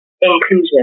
inclusion